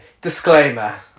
Disclaimer